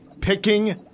Picking